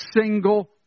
single